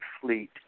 Fleet